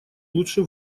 лучше